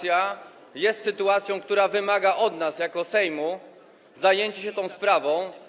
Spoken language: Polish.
Jest to sytuacja, która wymaga od nas jako Sejmu zajęcia się tą sprawą.